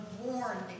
warned